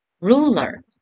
Ruler